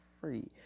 free